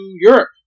Europe